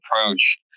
approach